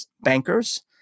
bankers